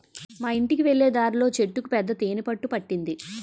మా యింటికి వెళ్ళే దారిలో చెట్టుకు పెద్ద తేనె పట్టు పట్టింది